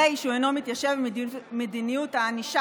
הרי הוא אינו מתיישב עם מדיניות הענישה